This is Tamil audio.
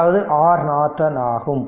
அதாவது R Norton ஆகும்